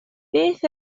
beth